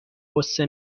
غصه